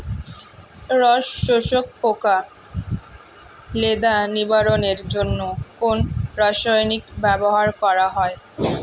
রস শোষক পোকা লেদা নিবারণের জন্য কোন রাসায়নিক ব্যবহার করা হয়?